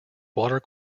water